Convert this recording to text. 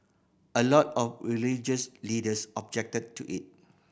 a lot of religious leaders objected to it